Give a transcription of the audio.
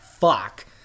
fuck